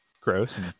gross